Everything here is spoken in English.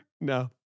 No